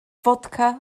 fodca